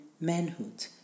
manhood